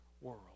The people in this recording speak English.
world